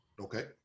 okay